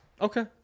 Okay